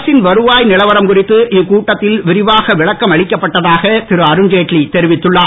அரசின் வருவாய் நிலவரம் குறித்து இக்கூட்டத்தில் விரிவாக விளக்கம் அளிக்கப்பட்டதாக திருஅருண் ஜெய்ட்லி தெரிவித்துள்ளார்